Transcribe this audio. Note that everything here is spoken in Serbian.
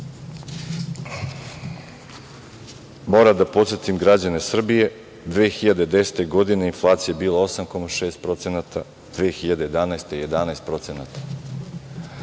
da podsetim građane Srbije, 2010. godine inflacija je bila 8,6%, 2011. godine 11%.